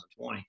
2020